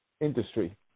industry